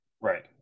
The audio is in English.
right